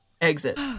Exit